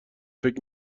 فکر